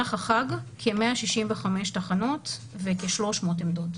במהלך החג כ-165 תחנות וכ-300 עמדות,